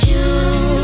June